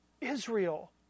Israel